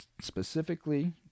specifically